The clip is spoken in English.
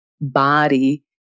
body